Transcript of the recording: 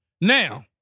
Now